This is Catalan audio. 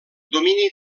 domini